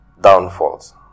downfalls